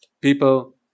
People